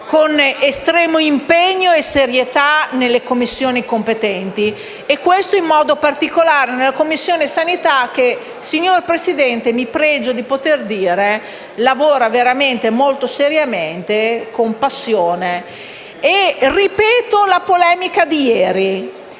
con estremo impegno e serietà nelle Commissioni competenti. Questo è vero in modo particolare nella Commissione sanità che, signora Presidente, mi pregio di poter dire, lavora veramente molto seriamente e con passione. Ripeto la polemica di ieri: